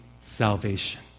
salvation